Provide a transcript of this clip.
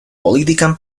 political